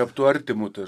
taptų artimu tas